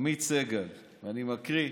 עמית סגל, ואני מקריא,